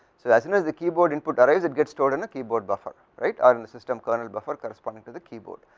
as in is the keyboard input arrives it gets stored in a keyboard buffer right or in the system cornel buffer corresponding to the keyboard,